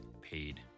Paid